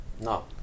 No